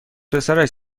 پسرش